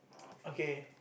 okay